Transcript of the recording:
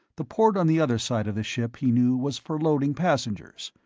the port on the other side of the ship, he knew, was for loading passengers.